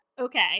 Okay